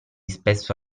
spesso